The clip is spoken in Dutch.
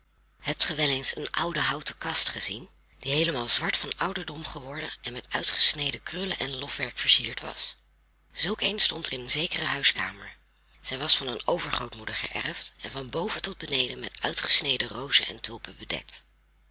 hebt ge wel eens een oude houten kast gezien die heelemaal zwart van ouderdom geworden en met uitgesneden krullen en lofwerk versierd was zulk een stond er in zekere huiskamer zij was van een overgrootmoeder geërfd en van boven tot beneden met uitgesneden rozen en tulpen bedekt